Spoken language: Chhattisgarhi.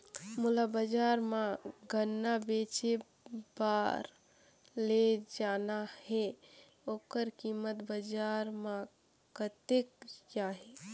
मोला बजार मां गन्ना बेचे बार ले जाना हे ओकर कीमत बजार मां कतेक जाही?